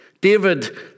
David